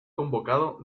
convocado